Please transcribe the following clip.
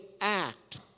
act